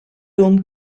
lum